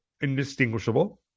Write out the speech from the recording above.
indistinguishable